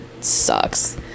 sucks